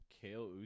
Kale